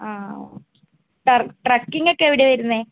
ആ okay trekking ഒക്കെ എവിടെയാണ് വരുന്നത്